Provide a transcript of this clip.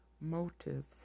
motives